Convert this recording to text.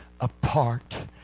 apart